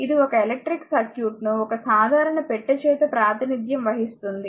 ఇది ఒక ఎలక్ట్రిక్ సర్క్యూట్ను ఒక సాధారణ పెట్టె చేత ప్రాతినిధ్యం వహిస్తుంది